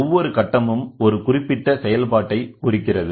ஒவ்வொரு கட்டமும் ஒரு குறிப்பிட்ட செயல்பாட்டை குறிக்கிறது